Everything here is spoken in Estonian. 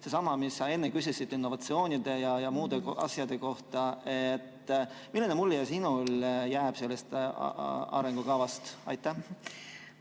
Seesama, mis sa enne küsisid innovatsiooni ja muude asjade kohta – milline mulje sinule jääb sellest arengukavast? Ma